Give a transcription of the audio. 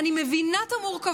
לכן, אני מבינה את המורכבות